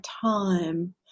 time